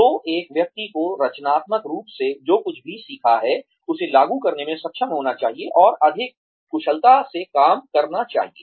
तो एक व्यक्ति को रचनात्मक रूप से जो कुछ भी सीखा है उसे लागू करने में सक्षम होना चाहिए और अधिक कुशलता से काम करना चाहिए